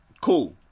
cool